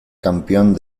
campeón